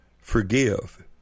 forgive